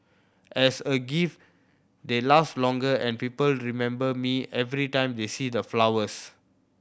as a gift they last longer and people remember me every time they see the flowers